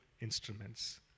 instruments